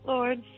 Lord